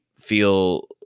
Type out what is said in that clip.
feel